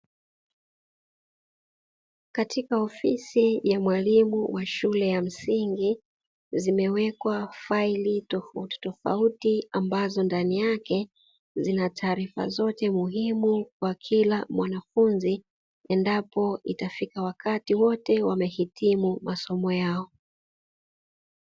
Katika ofisi ya mwalimu wa shule ya msingi, zimewekwa faili tofauti tofauti ambazo ndani yake zina taarifa zote muhimu kwa kila mwanafunzi endapo itafika wakati wote wamehitimu masomo yao.